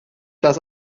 das